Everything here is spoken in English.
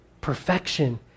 Perfection